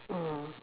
mm